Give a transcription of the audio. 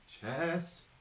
chest